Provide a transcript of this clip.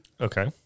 Okay